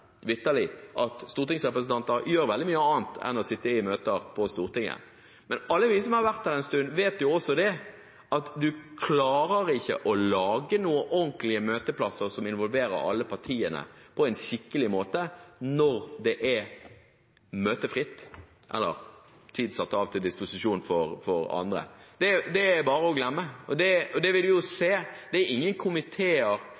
vitterlig – at stortingsrepresentanter gjør veldig mye annet enn å sitte i møter på Stortinget. Men alle vi som har vært her en stund, vet at en ikke klarer å lage noen ordentlige møteplasser som involverer alle partiene på en skikkelig måte når det er «møtefritt» eller tid som er satt av til disposisjon for andre. Det er det bare å glemme. Det er ingen komiteer som i vesentlig grad har framdrift på saker i andre halvdel av august og